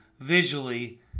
visually